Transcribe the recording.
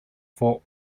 fort